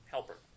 Helper